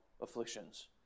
afflictions